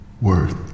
worth